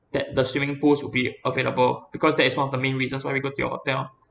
that the swimming pools will be available because that is one of the main reasons why we go to your hotel